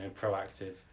proactive